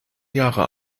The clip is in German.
jahre